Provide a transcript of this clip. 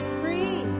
free